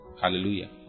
Hallelujah